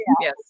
Yes